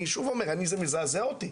אני שוב אומר, זה מזעזע אותי.